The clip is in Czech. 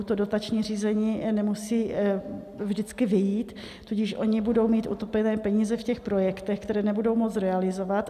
To dotační řízení nemusí vždycky vyjít, tudíž oni budou mít utopené peníze v těch projektech, které nebudou moct realizovat.